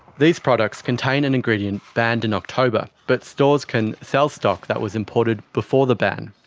these products contain an ingredient banned in october but stores can sell stock that was imported before the ban.